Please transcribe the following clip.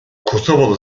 kosovalı